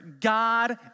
God